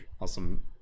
Awesome